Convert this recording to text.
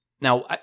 Now